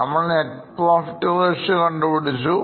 നമ്മൾ net profit ratios കണ്ടുപിടിച്ചു